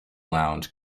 lounge